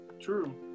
true